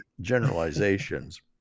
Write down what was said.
generalizations